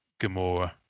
Gamora